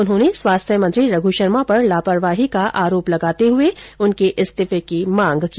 उन्होंने स्वास्थ्य मंत्री रघु शर्मा पर लापरवाही का आरोप लगाते हुए उनके इस्तीफे की मांग की